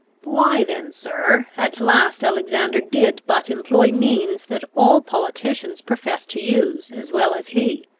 why then, sir, at last alexander did but employ means that all politicians profess to use, as well as he.